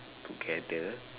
together